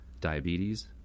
diabetes